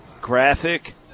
graphic